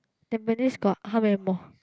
tampines got how many mall